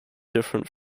different